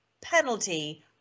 penalty